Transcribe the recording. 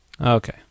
Okay